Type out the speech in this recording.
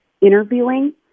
interviewing